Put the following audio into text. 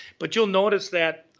but you'll notice that,